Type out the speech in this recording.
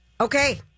okay